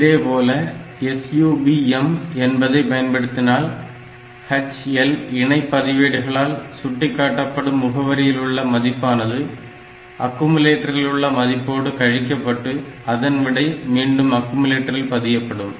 இதேபோல SUBM என்பதை பயன்படுத்தினால் HL இணை பதிவேடுகளால் சுட்டிக்காட்டப்படும் முகவரியில் உள்ள மதிப்பானது அக்குமுலேட்டரிலுள்ள மதிப்போடு கழிக்கப்பட்டு அதன் விடை மீண்டும் அக்குமுலட்டரில் பதியப்படும்